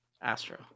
Astro